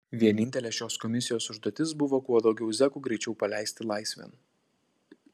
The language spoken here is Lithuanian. vienintelė šios komisijos užduotis buvo kuo daugiau zekų greičiau paleisti laisvėn